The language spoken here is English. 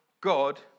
God